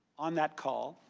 on that call.